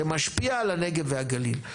שמשפיע על הנגב והגליל.